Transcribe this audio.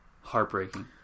heartbreaking